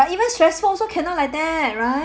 or even stressful also cannot like that right